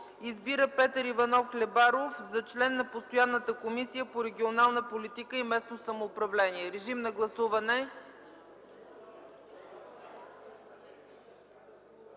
Избира Петър Иванов Хлебаров за член на Постоянната комисия по регионална политика и местно самоуправление.” Преди гласуването,